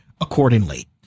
accordingly